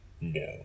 No